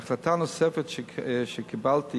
החלטה נוספת שקיבלתי